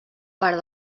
part